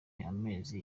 amezi